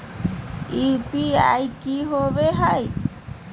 UPI की होवे है?